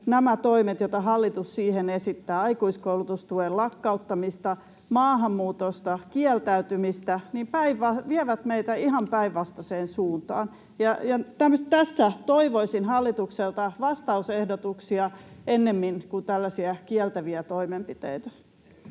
nämä toimet, joita hallitus siihen esittää — aikuiskoulutustuen lakkauttamista, maahanmuutosta kieltäytymistä — vievät meitä ihan päinvastaiseen suuntaan. Tässä toivoisin hallitukselta vastausehdotuksia ennemmin kuin tällaisia kieltäviä toimenpiteitä.